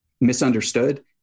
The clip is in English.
misunderstood